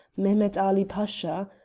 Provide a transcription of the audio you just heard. mehemet ali pasha.